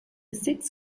sixth